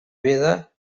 veda